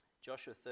Joshua